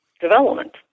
development